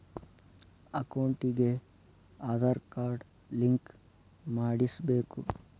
ಅಕೌಂಟಿಗೆ Aadhaar card link ಮಾಡಿಸಬೇಕು?